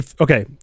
Okay